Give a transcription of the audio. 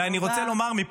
תודה.